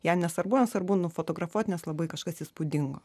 jam nesvarbu jam svarbu nufotografuot nes labai kažkas įspūdingo